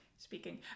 Speaking